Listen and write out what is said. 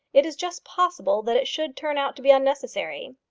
it is just possible that it should turn out to be unnecessary.